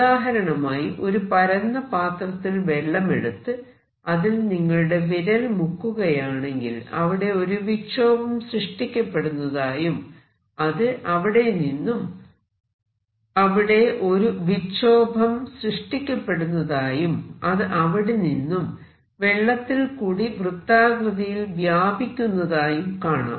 ഉദാഹരണമായി ഒരു പരന്ന പാത്രത്തിൽ വെള്ളമെടുത്ത് അതിൽ നിങ്ങളുടെ വിരൽ മുക്കുകയാണെങ്കിൽ അവിടെ ഒരു വിക്ഷോഭം സൃഷ്ടിക്കപ്പെടുന്നതായും അത് അവിടെനിന്നും വെള്ളത്തിൽ കൂടി വൃത്താകൃതിയിൽ വ്യാപിക്കുന്നതായും കാണാം